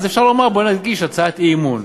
אז אפשר לומר: בוא נגיש הצעת אי-אמון.